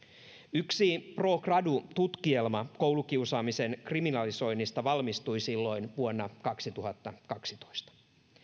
yksi pro gradu tutkielma koulukiusaamisen kriminalisoinnista valmistui silloin vuonna kaksituhattakaksitoista